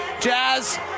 jazz